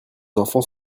enfants